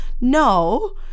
no